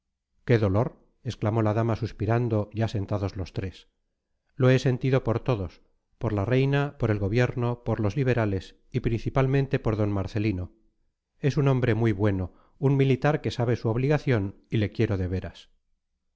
qué dolor exclamó la dama suspirando ya sentados los tres lo he sentido por todos por la reina por el gobierno por los liberales y principalmente por d marcelino es un hombre muy bueno un militar que sabe su obligación y le quiero de veras